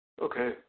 Okay